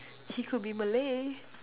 he could be Malay